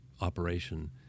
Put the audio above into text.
operation